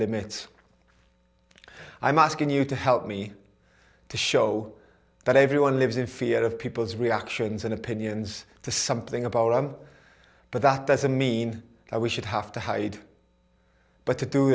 limits i'm asking you to help me to show that everyone lives in fear of people's reactions and opinions to something about them but that doesn't mean we should have to hide but to do